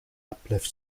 uplift